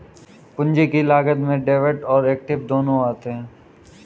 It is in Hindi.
पूंजी की लागत में डेब्ट और एक्विट दोनों आते हैं